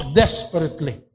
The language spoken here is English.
desperately